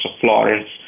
Florence